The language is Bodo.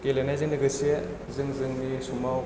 गेलेनायजों लोगोसे जों जोंनि समाव